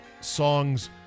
songs